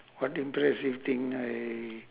what impressive thing I